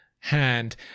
hand